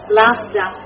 laughter